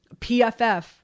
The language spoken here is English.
PFF